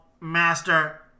master